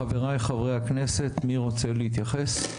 חבריי חברי הכנסת מי רוצה להתייחס?